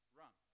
run